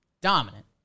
Dominant